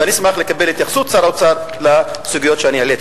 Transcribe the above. ואני אשמח לקבל את התייחסות שר האוצר לסוגיות שהעליתי.